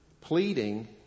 Pleading